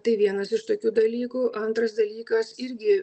tai vienas iš tokių dalykų antras dalykas irgi